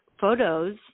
photos